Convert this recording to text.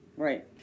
Right